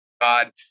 God